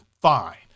fine